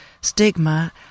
stigma